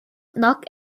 knock